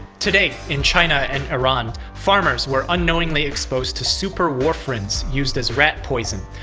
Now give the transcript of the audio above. today, in china and iran, farmers were unknowingly exposed to superwarfarins, used as rat poison.